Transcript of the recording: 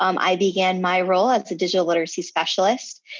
um i began my role as a digital literacy specialist.